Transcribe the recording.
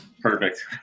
Perfect